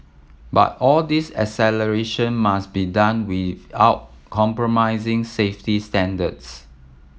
but all this acceleration must be done without compromising safety standards